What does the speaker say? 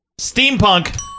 steampunk